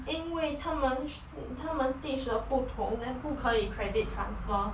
因为他们 teach 的不同 then 不可以 credit transfer